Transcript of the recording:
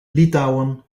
litouwen